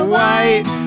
White